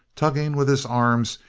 tugging with his arms,